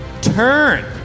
turn